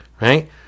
right